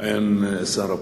עם שר הפנים,